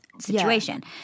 situation